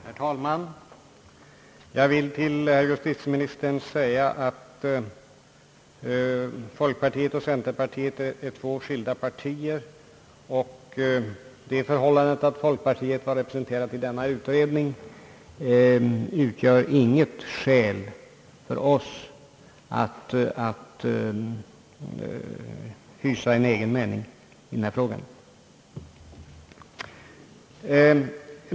Herr talman! Jag vill till justitieministern säga, att folkpartiet och centerpartiet är två skilda partier. Det förhållandet att folkpartiet var representerat i denna utredning utgör inget skäl för oss att inte hysa en egen mening i denna fråga.